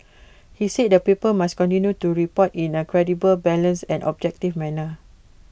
he said the paper must continue to report in A credible balanced and objective manner